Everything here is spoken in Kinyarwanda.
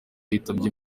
yitabye